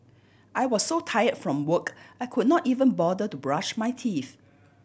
I was so tire from work I could not even bother to brush my teeth